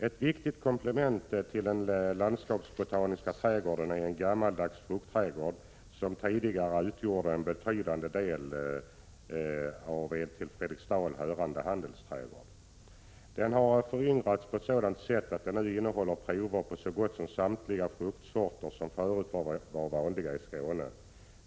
Ett viktigt komplement till den landskapsbotaniska trädgården är en gammaldags fruktträdgård, som tidigare utgjort en betydande del av en till Fredriksdal hörande handelsträdgård. Den har föryngrats på ett sådant sätt att den nu innehåller prover på så gott som samtliga fruktsorter som förut varit vanliga i Skåne.